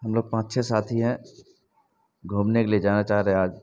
ہم لوگ پانچ چھ ساتھی ہیں گھومنے کے لیے جانا چاہ رہے ہیں آج